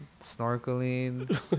snorkeling